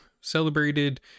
celebrated